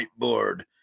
whiteboard